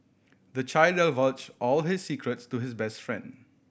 the child divulged all his secrets to his best friend